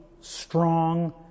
strong